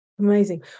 Amazing